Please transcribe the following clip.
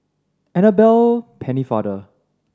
Annabel Pennefather